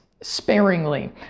sparingly